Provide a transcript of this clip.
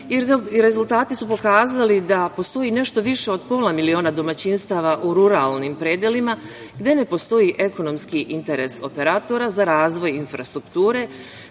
rezultati su pokazali da postoji nešto više od pola miliona domaćinstava u ruralnim predelima, gde ne postoji ekonomski interes operatora za razvoj infrastrukture,